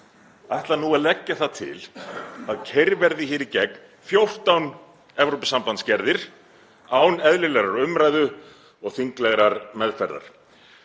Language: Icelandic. ætlar nú að leggja það til að keyrðar verði í gegn 14 Evrópusambandsgerðir án eðlilegrar umræðu og þinglegrar meðferðar,